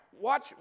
watch